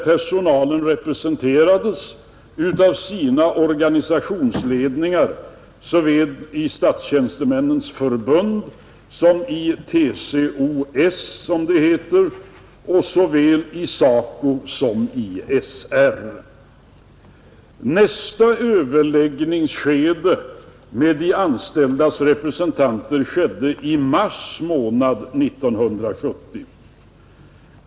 Personalen var representerad av sina organisationsledningar såväl i Statsanställdas förbund som i TCO-S, som det heter, såväl i SACO som i SR. Nästa överläggning med de anställdas representanter skedde i mars månad 1970.